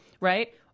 right